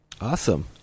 awesome